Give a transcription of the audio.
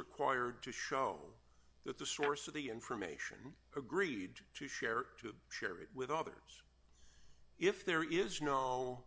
required to show that the source of the information agreed to share to share it with others if there is no